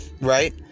right